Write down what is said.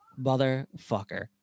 motherfucker